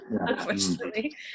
unfortunately